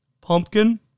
pumpkin